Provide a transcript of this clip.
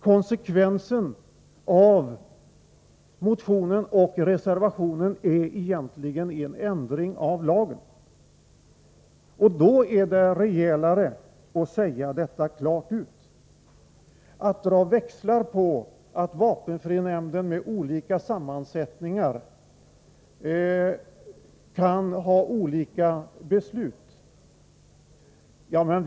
Konsekvenserna därav blir faktiskt en ändring av lagen. Det är rejälare att säga detta klart ut. Kerstin Ekman anför att vapenfrinämnden med olika sammansättningar av ledamöter kan fatta skilda beslut.